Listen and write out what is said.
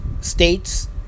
states